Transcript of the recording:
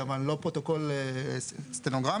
כמובן לא פרוטוקול סטנוגרמי,